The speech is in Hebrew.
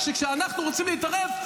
וכשאנחנו רוצים להתערב,